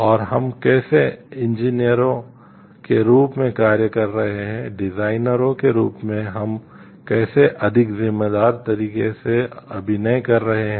और हम कैसे इंजीनियरों के रूप में हम कैसे अधिक जिम्मेदार तरीके से अभिनय कर रहे हैं